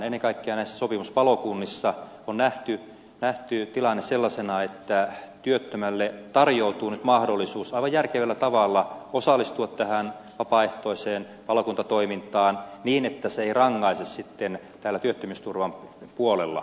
ennen kaikkea näissä sopimuspalokunnissa on nähty tilanne sellaisena että työttömälle tarjoutuu nyt mahdollisuus aivan järkevällä tavalla osallistua tähän vapaaehtoiseen palokuntatoimintaan niin että se ei rankaise työttömyysturvan puolella